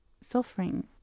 suffering